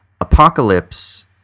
apocalypse